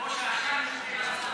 שעתיים,